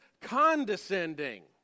condescending